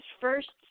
first